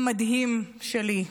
עם מדהים שלי,